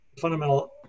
fundamental